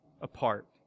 apart